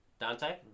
Dante